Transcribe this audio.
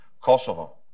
Kosovo